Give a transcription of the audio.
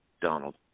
Donald